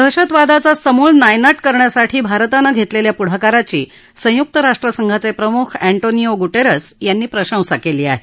दहशतवादाचा समूळ नायनाट करण्यासाठी भारतानं उचलेल्या पावलांची संयुक्त राष्ट्रसंघाचे प्रमुख एटोनियो गुटेरस यांनी प्रशंसा केली आहे